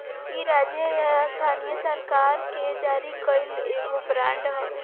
इ राज्य या स्थानीय सरकार के जारी कईल एगो बांड हवे